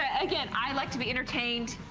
again, i like to be entertained.